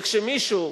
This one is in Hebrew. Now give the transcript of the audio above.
וכאשר מישהו,